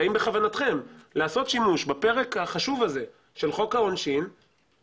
והאם בכוונתכם לעשות שימוש בפרק החשוב הזה של חוק העונשין,